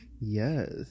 yes